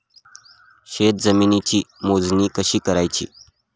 शेत जमिनीची मोजणी कशी करायची?